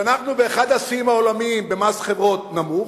שאנחנו באחד השיאים העולמיים במס חברות נמוך,